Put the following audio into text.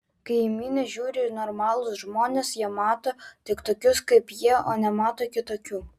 kai į minią žiūri normalūs žmonės jie mato tik tokius kaip jie o nemato kitokių